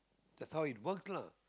that's how it works lah